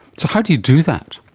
so how do you do that?